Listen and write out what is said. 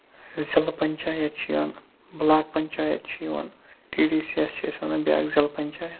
ضلعہٕ پَنچایَت چھِ یِوان بُلاک پَنچایت چھِ یِوان ڈی ڈی سی یس چھِ أسۍ وَنان بیاکھ ضلعہٕ پَنچایت